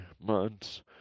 months